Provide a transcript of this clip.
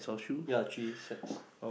ya three sets